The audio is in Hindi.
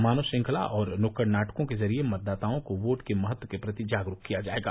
मानव श्रृंखला और नुक्कड़ नाटकों के ज़रिये मतदाताओं को वोट के महत्व के प्रति जागरूक किया जायेगा